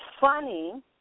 funny